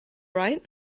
right